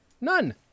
None